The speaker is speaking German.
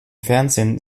fernsehen